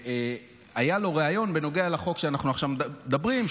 היה לו ריאיון בנוגע לחוק שאנחנו עכשיו מדברים,